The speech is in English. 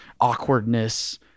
awkwardness